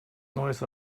neues